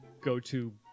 go-to